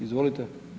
Izvolite.